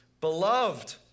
Beloved